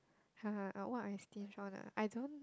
what I stinge on ah I don't